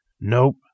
Nope